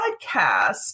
podcast